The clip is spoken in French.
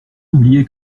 oublié